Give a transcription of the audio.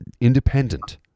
independent